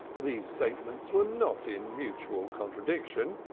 these statements were not in mutual contradiction,